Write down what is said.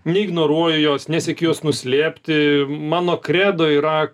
neignoruoju jos nesiekiu jos nuslėpti mano kredo yra